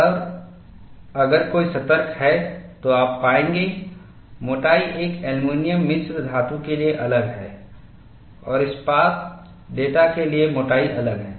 और अगर कोई सतर्क है तो आप पाएंगे मोटाई एक एल्यूमीनियम मिश्र धातु के लिए अलग है और इस्पात डेटा के लिए मोटाई अलग है